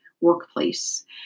workplace